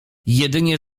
jedynie